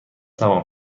تمام